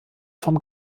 vom